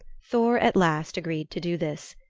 thor at last agreed to do this.